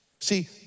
See